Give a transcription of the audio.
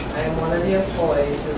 one of the employees